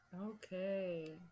okay